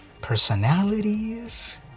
personalities